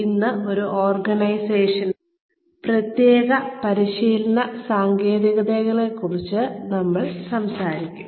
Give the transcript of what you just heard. ഇന്ന് ഒരു ഓർഗനൈസേഷനിലെ പ്രത്യേക പരിശീലന സാങ്കേതികതകളെക്കുറിച്ച് നമ്മൾ കൂടുതൽ സംസാരിക്കും